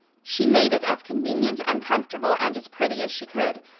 she made it as convenient and comfortable and as pretty as she could,